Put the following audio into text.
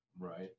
Right